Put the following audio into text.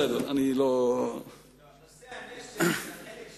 נושא הנשק זה אבא של